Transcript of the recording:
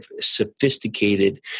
sophisticated